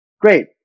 Great